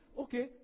okay